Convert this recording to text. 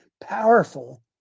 powerful